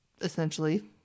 essentially